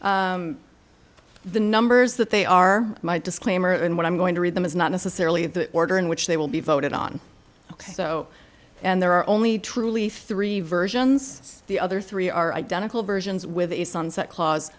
the numbers that they are my disclaimer and what i'm going to read them is not necessarily the order in which they will be voted on so and there are only truly three versions the other three are identical versions with a sunset clause